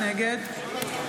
נגד כל הכבוד.